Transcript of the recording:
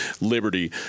Liberty